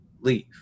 leave